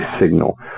signal